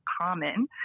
common